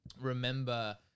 remember